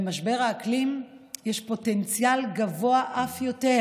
למשבר האקלים יש פוטנציאל גבוה אף יותר